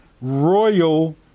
royal